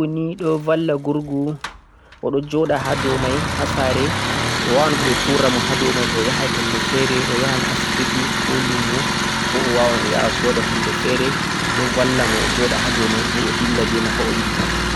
kujera gurgo ni do valla gurgu odo johda hado mai ha saare o wawan boh beh tura mo hado mai to'a yahan pellel fere o yahan asibiti ko lumo ko'o wawan o yaha o sooda hunde fere do valla mo o johda hado mai boh o dilla beh mai ha'o yidi pat